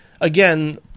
again